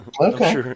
Okay